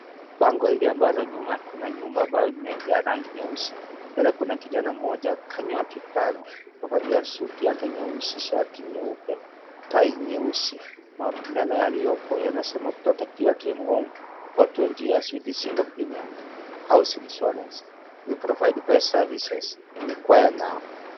Bango hili ambalo nyuma kuna nyumba ambayo imejaa rangi nyeusi , mbele kuna kijana mmoja kanyoa kipara ,kavalia suti yake nyeusi shati nyeupe tai nyeusi. Maneno yaliyopo yanasema protect your dream home for twenty years with single premium house insurance , we provide best services inquire now .